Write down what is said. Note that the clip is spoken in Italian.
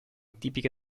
tipiche